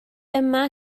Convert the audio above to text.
yma